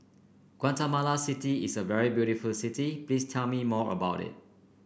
Guatemala City is a very beautiful city please tell me more about it